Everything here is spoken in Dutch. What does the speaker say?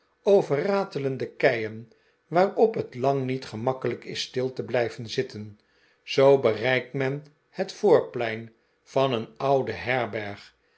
over ratelende keien waarop het lang niet gemakkelijk is stil te blijven zitten zoo bereikt men het voorplein van een oude herberg